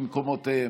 התשפ"א 2021,